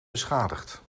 beschadigd